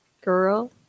Girl